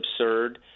absurd